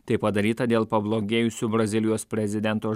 tai padaryta dėl pablogėjusių brazilijos prezidento